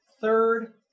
third